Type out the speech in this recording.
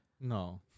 No